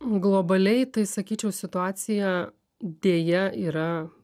globaliai tai sakyčiau situacija deja yra